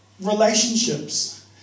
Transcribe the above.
relationships